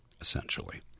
essentially